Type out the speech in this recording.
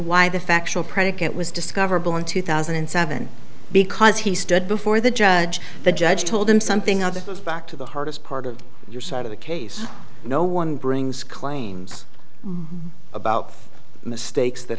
why the factual predicate was discovered in two thousand and seven because he stood before the judge the judge told him something other than back to the hardest part of your side of the case no one brings claims about mistakes that